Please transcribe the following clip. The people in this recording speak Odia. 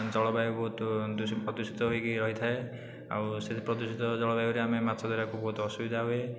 ଜଳବାୟୁ ବହୁତ ଦୂଷି ପ୍ରଦୂଷିତ ହୋଇକି ରହିଥାଏ ଆଉ ସେହି ପ୍ରଦୂଷିତ ଜଳବାୟୁରେ ଆମେ ମାଛ ଧରିବାକୁ ବହୁତ ଅସୁବିଧା ହୁଏ